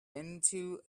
into